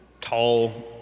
tall